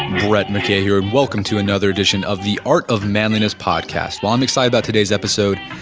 brett mckay here and welcome to another edition of the art of manliness podcast. well, i'm excited about today's episode.